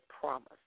promise